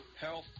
health